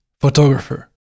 Photographer